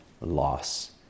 loss